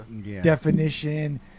definition